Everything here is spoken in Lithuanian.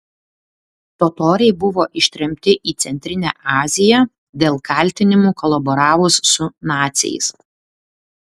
totoriai buvo ištremti į centrinę aziją dėl kaltinimų kolaboravus su naciais